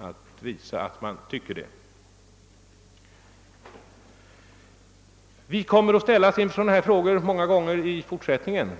nu visa detta. I fortsättningen kommer vi många gånger att ställas inför sådana här frågor.